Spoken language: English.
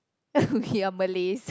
we are Malays